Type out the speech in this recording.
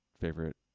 favorite